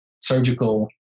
surgical